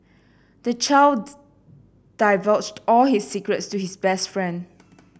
the child's divulged all his secrets to his best friend